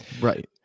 Right